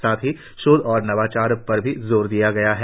साथ ही शोध और नवाचार पर भी जोर दिया गया है